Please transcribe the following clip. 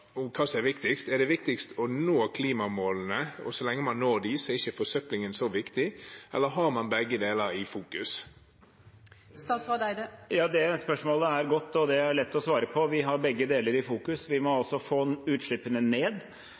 hva som er viktigst? Er det viktigst å nå klimamålene, og så lenge man når dem, er ikke forsøpling så viktig? Eller fokuserer man på begge deler? Det spørsmålet er godt, og det er lett å svare på. Vi har fokus på begge deler. Vi må få utslippene ned,